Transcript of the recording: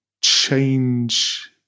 change